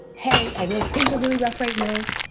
hey, i know things are really rough right now.